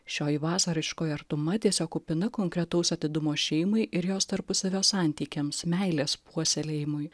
šioji vasariškoji artuma tiesiog kupina konkretaus atidumo šeimai ir jos tarpusavio santykiams meilės puoselėjimui